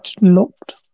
looked